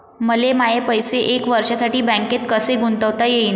मले माये पैसे एक वर्षासाठी बँकेत कसे गुंतवता येईन?